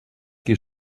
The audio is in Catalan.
qui